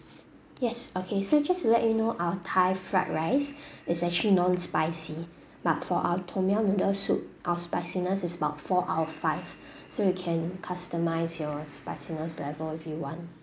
yes okay so just to let you know our thai fried rice is actually non spicy but for our tom yum noodle soup of spiciness is about four or five so you can customize your spiciness level if you want